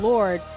Lord